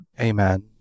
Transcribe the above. Amen